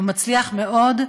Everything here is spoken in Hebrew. ומצליח מאוד.